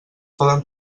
poden